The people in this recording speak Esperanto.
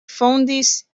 fondis